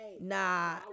Nah